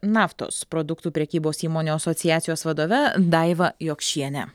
naftos produktų prekybos įmonių asociacijos vadove daiva jokšiene